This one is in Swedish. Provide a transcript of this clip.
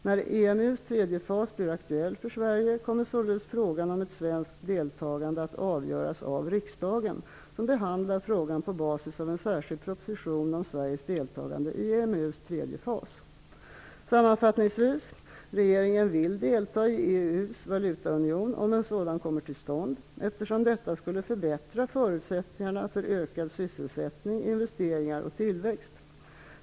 När EMU:s tredje fas blir aktuell för Sverige kommer således frågan om ett svenskt deltagande att avgöras av riksdagen, som behandlar frågan på basis av en särskild proposition om Sveriges deltagande i EMU:s tredje fas. Sammanfattningsvis: Regeringen vill delta i EU:s valutaunion om en sådan kommer till stånd, eftersom detta skulle förbättra förutsättningarna för ökad sysselsättning, investeringar och tillväxt.